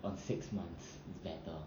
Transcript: on six months is better